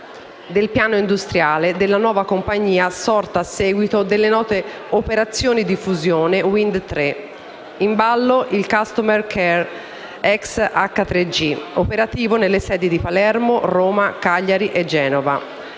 del piano industriale della nuova compagnia sorta a seguito delle note operazioni di fusione Wind Tre. In ballo il *customer care* ex H3G operativo nelle sedi di Palermo, Roma, Cagliari e Genova.